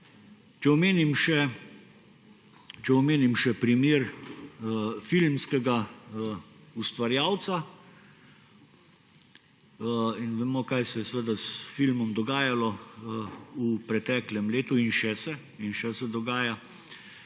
Če omenim še primer filmskega ustvarjalca. Vemo, kaj se je s filmom dogajalo v preteklem letu in se še dogaja,